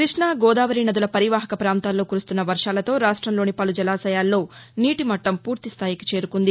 కృష్ణా గోదావరి నదుల పరివాహక పాంతాల్లో కురుస్తున్న వర్షాలతో రాష్టంలోని పలు జలాశయాల్లో నీటిమట్టం పూర్తిస్థాయికి చేరుకుంది